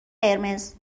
قرمز